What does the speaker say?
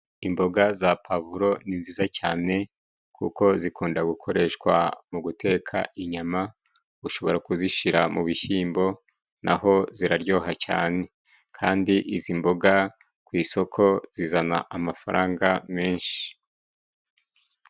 Imboga za pavuro ni nziza cyane kuko zikunda gukoreshwa mu guteka inyama, ushobora kuzishyira mu bishyimbo n'aho ziraryoha, cyane kandi izi mboga ku isoko zizana amafaranga menshi.